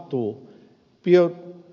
tuuu piia